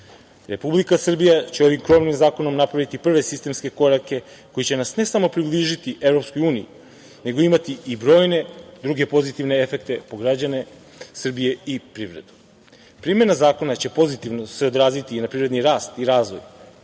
ništa. Republika Srbija će ovim krovnim zakonom napraviti prve sistemske korake koji će nas ne samo približiti Evropskoj uniji, nego imati i brojne druge pozitivne efekte po građane Srbije i privredu. Primena zakona će se pozitivno odraziti i na privredni rast i razvoj,